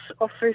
office